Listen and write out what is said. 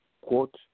quote